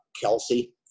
Kelsey